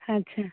ଆଚ୍ଛା